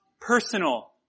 personal